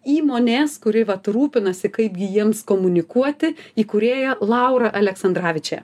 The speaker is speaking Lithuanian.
įmonės kuri vat rūpinasi kaipgi jiems komunikuoti įkūrėja laura aleksandravičė